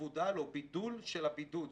מבודל או בידול של הבידוד.